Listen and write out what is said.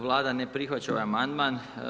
Vlada ne prihvaća ovaj amandman.